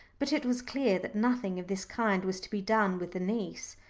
but it was clear that nothing of this kind was to be done with the niece.